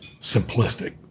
simplistic